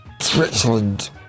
Switzerland